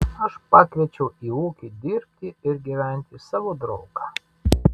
aš pakviečiau į ūkį dirbti ir gyventi savo draugą